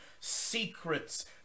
secrets